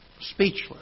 Speechless